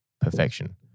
perfection